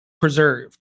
preserved